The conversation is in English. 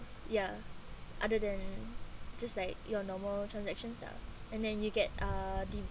ya other than just like your normal transactions lah and then you get uh the